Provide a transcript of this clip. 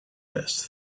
west